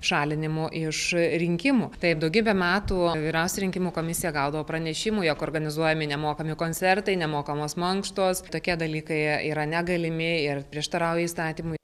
šalinimu iš rinkimų taip daugybę metų vyriausia rinkimų komisija gaudavo pranešimų jog organizuojami nemokami koncertai nemokamos mankštos tokie dalykai yra negalimi ir prieštarauja įstatymui